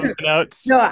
notes